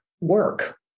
work